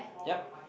yup